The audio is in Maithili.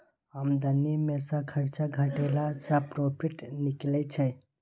आमदनी मे सँ खरचा घटेला सँ प्रोफिट निकलै छै